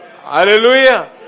Hallelujah